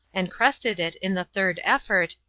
and crested it in the third effort,